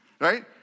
Right